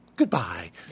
Goodbye